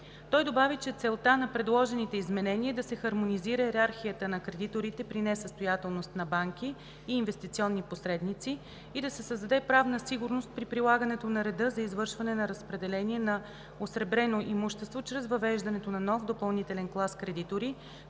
Той добави, че целта на предложените изменения е да се хармонизира йерархията на кредиторите при несъстоятелност на банки и инвестиционни посредници и да се създаде правна сигурност при прилагането на реда за извършване на разпределение на осребрено имущество чрез въвеждането на нов допълнителен клас кредитори,